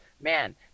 man